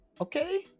Okay